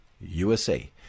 USA